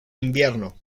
invierno